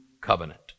covenant